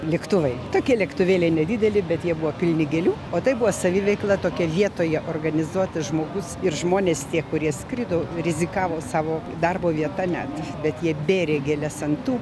lėktuvai tokie lėktuvėliai nedideli bet jie buvo pilni gėlių o tai buvo saviveikla tokie vietoje organizuotas žmogus ir žmonės tie kurie skrido rizikavo savo darbo vieta ne bet jie bėrė gėles ant tų